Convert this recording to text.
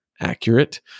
Accurate